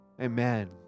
amen